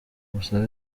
busabe